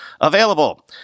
available